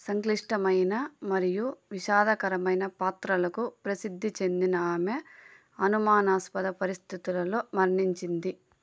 సంక్లిష్టమైన మరియు విషాదకరమైన పాత్రలకు ప్రసిద్ధి చెందిన ఆమె అనుమానాస్పద పరిస్థితులలో మరణించింది